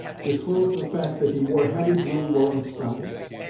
disclosed the fact that he wore heavy blue woollen stockings.